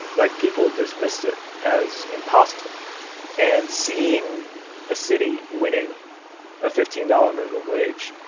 like, people dismissed it as impossible and seeing a city winning a fifteen dollars minimum wage,